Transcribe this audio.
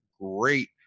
great